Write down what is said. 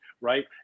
Right